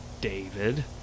David